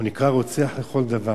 הוא נקרא רוצח לכל דבר.